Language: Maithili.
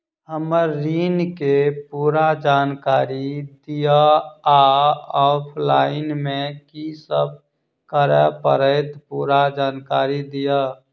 हम्मर ऋण केँ पूरा जानकारी दिय आ ऑफलाइन मे की सब करऽ पड़तै पूरा जानकारी दिय?